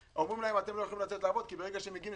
אומרים שהם לא יכולים לצאת לעבוד כי הם מגיעים